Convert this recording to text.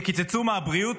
שקיצצו מהבריאות,